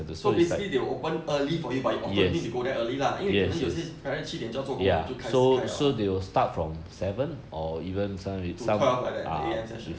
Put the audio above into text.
so basically they will open early for you but of course you need to go there early lah 因为可能有些 parents 七点就要做工你就开始开 liao ah to cut off like that the A_M session